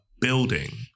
building